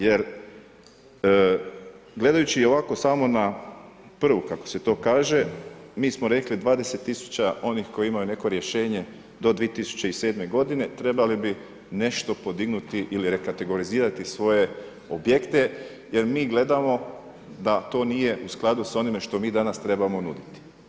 Jer, gledajući ovako samo na prvu, kako se to kaže, mi smo rekli 20 tisuća onih koji imaju neko rješenje do 2007. godine, trebali bi nešto podignuti ili rekategorizirati svoje objekte jer mi gledamo da to nije u skladu s onime što mi danas trebamo nuditi.